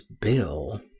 bill